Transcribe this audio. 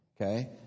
okay